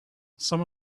some